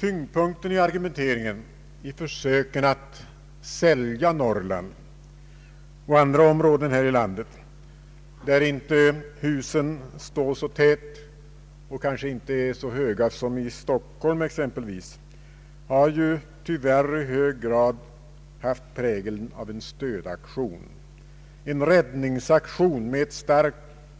Tyngdpunkten i argumenteringen i försöken att sälja Norrland och andra områden här i landet, där inte husen står så tätt och kanske inte är så höga som exempelvis i Stockholm, har ju tyvärr i stor utsträckning haft prägeln av en stödaktion, en räddningsaktion med